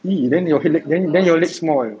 !ee! then your hand then your legs small